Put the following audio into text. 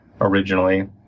originally